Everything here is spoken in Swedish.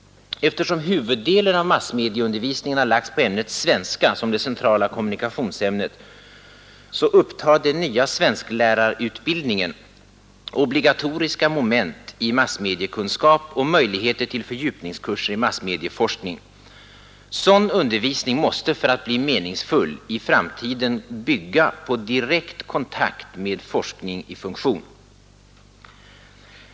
Eftersom huvuddelen av massmedieundervisningen lagts på ämnet svenska som det centrala kommunikationsämnet, upptar den nya svensklärarutbildningen obligatoriska moment i massmediekunskap och möjligheter till fördjupningskurser i massmedieforskning. Sådan undervisning måste för att bli meningsfull i framtiden bygga på direkt kontakt med forskning i funktion.